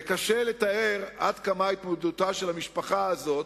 וקשה לתאר עד כמה התמודדותה של המשפחה הזאת